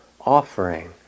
offering